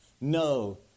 No